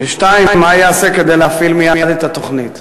2. מה ייעשה כדי להפעיל מייד את התוכנית?